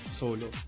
solo